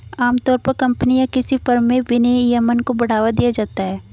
आमतौर पर कम्पनी या किसी फर्म में विनियमन को बढ़ावा दिया जाता है